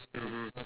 mmhmm